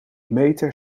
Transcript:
meter